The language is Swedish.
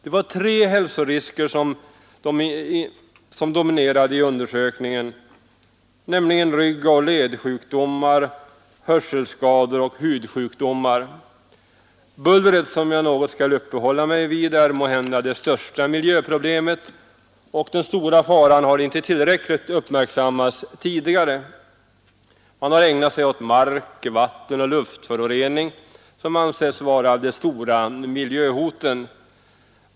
Det var tre hälsorisker som dominerade i undersökningen, nämligen ryggoch ledsjukdomar, hörselskador och hudsjukdomar. Bullret, som jag något skall uppehålla mig vid, är måhända det största miljöproblemet, och den stora faran har inte tillräckligt uppmärksammats tidigare. Man har ägnat sig åt mark-, vattenoch luftföroreningar, som anses vara de stora miljöhoten.